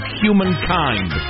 humankind